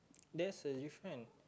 there's a different